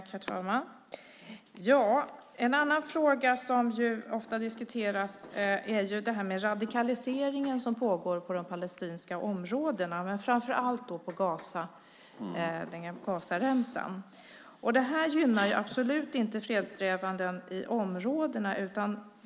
Herr talman! En annan fråga som ofta diskuteras är den radikalisering som pågår på de palestinska områdena men framför allt på Gazaremsan. Det här gynnar absolut inte fredssträvandena i områdena.